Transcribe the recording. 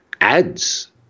ads